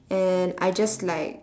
and I just like